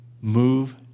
move